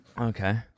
Okay